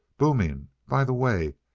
booming. by the way,